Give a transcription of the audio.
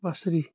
بصری